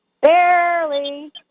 Barely